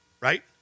right